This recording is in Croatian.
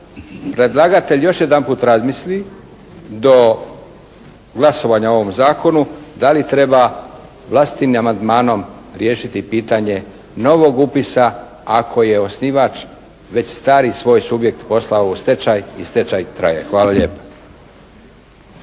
predlagatelj još jedanput razmisli do glasovanja o ovom zakonu da li treba vlastitim amandmanom riješiti pitanje novog upisa ako je osnivač već stari svoj subjekt poslao u stečaj i stečaj traje. Hvala lijepa.